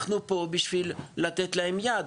אנחנו פה בשביל לתת להם יד.